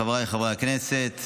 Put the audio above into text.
חבריי חברי הכנסת,